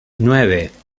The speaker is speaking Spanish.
nueve